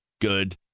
good